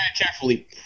carefully